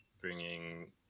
bringing